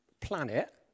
planet